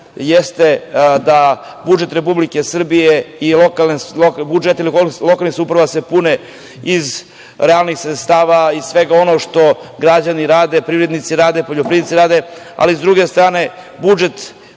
jeste da budžet Republike Srbije i budžeti lokalnih samouprava se pune iz realnih sredstava, iz svega onoga što građani rade, privrednici rade, poljoprivrednici rade, ali, s druge strane budžet,